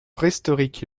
préhistorique